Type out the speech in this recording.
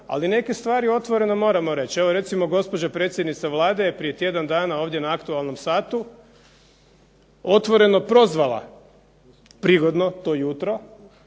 ali neke stvari moramo otvoreno reći. Evo recimo gospođa predsjednica Vlade je prije tjedan dana ovdje na aktualnom satu otvoreno prozvala prigodno to jutro,